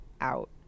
out